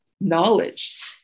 knowledge